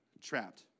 trapped